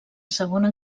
segona